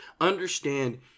understand